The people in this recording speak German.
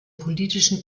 politischen